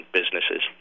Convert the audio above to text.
businesses